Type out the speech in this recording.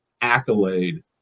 accolade